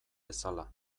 bezala